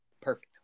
Perfect